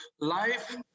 life